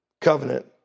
covenant